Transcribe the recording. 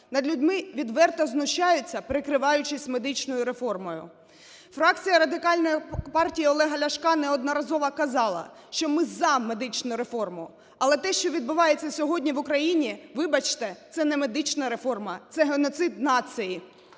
над людьми відверто знущаються, прикриваючись медичною реформою. Фракція Радикальної партії Олега Ляшка неодноразово казала, що ми за медичну реформу, але те, що відбувається сьогодні в Україні, – вибачте, це не медична реформа, це геноцид нації.